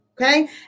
okay